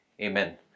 Amen